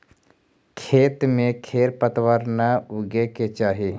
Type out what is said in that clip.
खेत में खेर पतवार न उगे के चाही